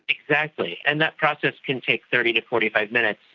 exactly, and that process can take thirty to forty five minutes,